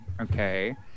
Okay